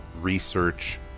research